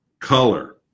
color